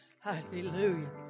Hallelujah